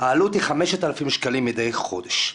העלות היא 5,000 שקלים מדי חודש.